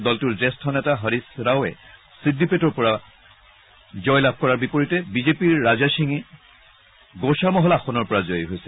দলটোৰ জ্যেষ্ঠ নেতা হৰিশ ৰাৱে চিড্ডিপেট ৰ পৰা জয়লাভ কৰাৰ বিপৰীতে বিজেপিৰ ৰাজা সিঙে গোশামহল আসনৰ পৰা জয়ী হৈছে